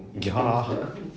ya